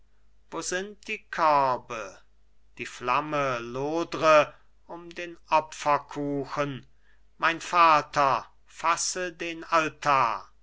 wo sind die körbe die flamme lodre um den opferkuchen mein vater fasse den altar